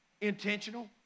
intentional